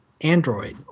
Android